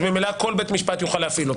אז ממילא כל בית משפט יוכל להפעיל אותו.